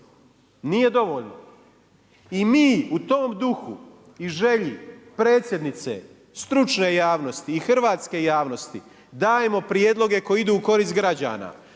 Nije dovoljno. I mi u tom duhu i želji predsjednice, stručne javnosti i hrvatske javnosti dajemo prijedloge koji idu u korist građana